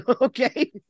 Okay